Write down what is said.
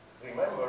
remember